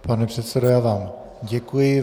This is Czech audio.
Pane předsedo, já vám děkuji.